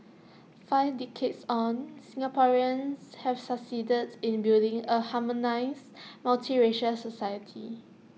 five decades on Singaporeans have succeeded in building A harmonious multiracial society